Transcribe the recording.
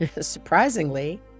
surprisingly